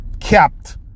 kept